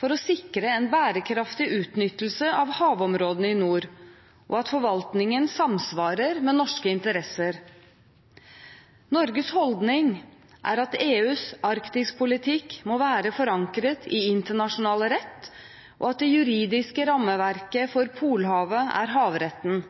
for å sikre en bærekraftig utnyttelse av havområdene i nord – og at forvaltningen samsvarer med norske interesser. Norges holdning er at EUs arktispolitikk må være forankret i internasjonal rett, og at det juridiske rammeverket for Polhavet er havretten.